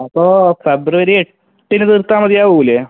അപ്പോൾ ഫെബ്രുവരി എട്ടിന് തീർത്താൽ മതിയാവൂലേ